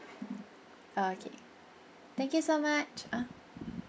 okay thank you so much ah